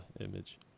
image